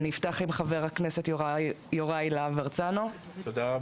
אני אפתח עם חבר הכנסת יוראי להב הרצנו, בבקשה.